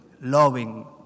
loving